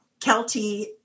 Kelty